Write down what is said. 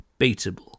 beatable